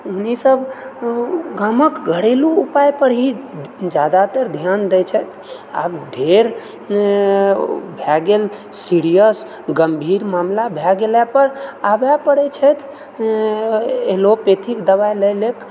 ओहनी सब गामक घरेलु उपाय पर ही जादातर ध्यान दै छथि आब ढेर भए गेल सीरियस गंभीर मामला भए गेला पर आबए पड़ैत छथि एलोपैथीक दबाइ लए लेल